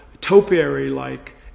topiary-like